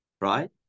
right